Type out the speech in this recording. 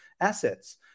assets